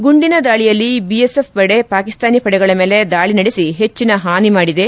ಗುಂಡಿನ ದಾಳಿಯಲ್ಲಿ ಬಿಎಸ್ಎಫ್ ಪಡೆ ಪಾಕಿಸ್ತಾನಿ ಪಡೆಗಳ ಮೇಲೆ ದಾಳಿ ನಡೆಸಿ ಹೆಚ್ಚಿನ ಹಾನಿ ಮಾಡಿದೆ